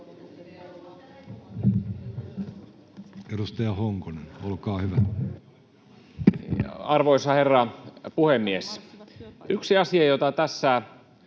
Edustaja Honkonen, olkaa hyvä. Arvoisa herra puhemies! Yksi asia, jota tässä